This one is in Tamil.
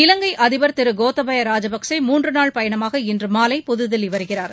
இலங்கை அதிபர் திரு கோத்தபய ராஜபக்சே மூன்று நாள் பயணமாக இன்று மாலை புதுதில்லி வருகிறார்